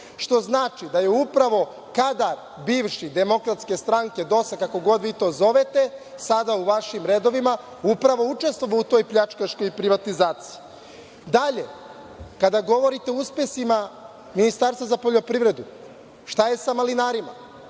što znači da je upravo kadar bivši DS, DOS-a, kako god vi to zovete, sada u vašim redovima, upravo učestvovao u toj pljačkaškoj privatizaciji. Dalje, kada govorite o uspesima Ministarstva za poljoprivredu, šta je sa malinarima.